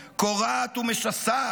קורעת ומשסעת